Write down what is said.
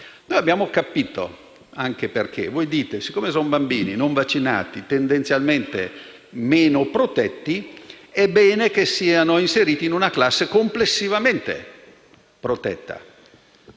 di una tale prescrizione. Voi dite che, siccome sono bambini non vaccinati, e tendenzialmente meno protetti, è bene che siano inseriti in una classe complessivamente protetta.